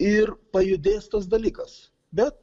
ir pajudės tas dalykas bet